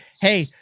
hey